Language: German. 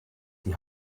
die